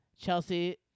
Chelsea